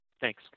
Thanks